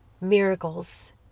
miracles